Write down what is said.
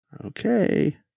Okay